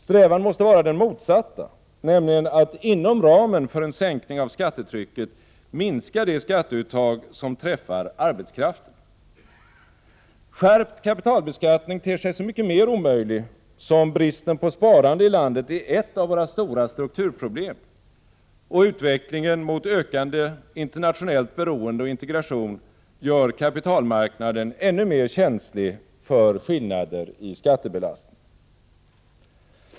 Strävan måste vara den motsatta, nämligen att inom ramen för en sänkning av skattetrycket minska det skatteuttag som träffar arbetskraften. Skärpt kapitalbeskattning ter sig så mycket mer omöjlig som bristen på sparande i landet är ett av våra stora strukturproblem, och utvecklingen mot ökande internationellt beroende och integration gör kapitalmarknaden ännu mer känslig för skillnader i skattebelastning.